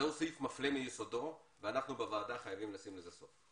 זה סעיף מפלה מיסודו ואנחנו בוועדה חייבים לשים לזה סוף.